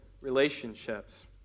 relationships